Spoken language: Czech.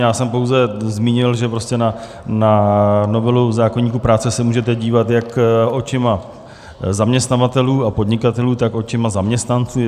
Já jsem pouze zmínil, že na novelu zákoníku práce se můžete dívat jak očima zaměstnavatelů a podnikatelů, tak očima zaměstnanců.